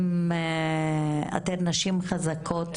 אתן נשים חזקות,